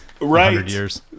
Right